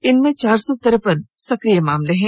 इनमें चार सौ तिरपन सक्रिय केस हैं